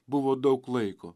buvo daug laiko